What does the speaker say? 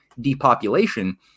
depopulation